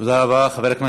תודה רבה לכם.